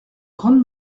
grande